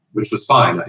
which was fine. like